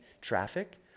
traffic